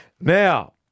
Now